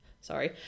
sorry